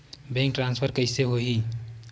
Bank transfer कइसे होही?